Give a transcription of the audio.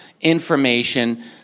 information